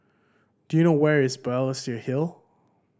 do you know where is Balestier Hill